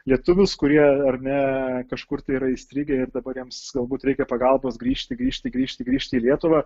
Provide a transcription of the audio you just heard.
lietuvius kurie ar ne kažkur tai yra įstrigę ir dabar jiems galbūt reikia pagalbos grįžti grįžti grįžti grįžti į lietuvą